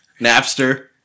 Napster